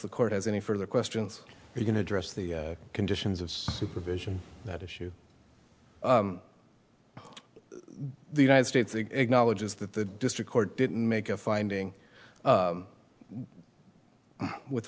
the court has any further questions you can address the conditions of supervision that issue the united states acknowledges that the district court didn't make a finding with